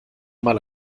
mal